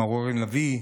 מר אורן לביא,